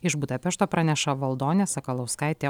iš budapešto praneša valdonė sakalauskaitė